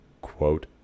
quote